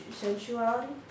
sensuality